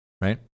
right